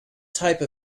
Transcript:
type